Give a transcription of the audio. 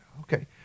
Okay